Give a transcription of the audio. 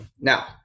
now